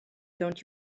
don’t